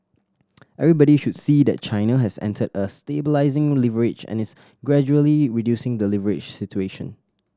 everybody should see that China has entered a stabilising leverage and is gradually reducing the leverage situation